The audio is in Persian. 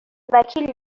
وکیل